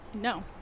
No